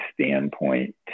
standpoint